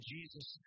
Jesus